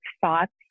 thoughts